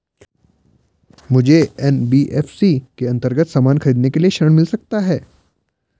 मुझे एन.बी.एफ.सी के अन्तर्गत सामान खरीदने के लिए ऋण मिल सकता है?